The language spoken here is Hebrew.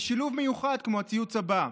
ושילוב מיוחד, כמו הציוץ הבא,